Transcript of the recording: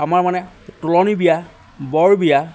আমাৰ মানে তুলনী বিয়া বৰ বিয়া